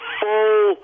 full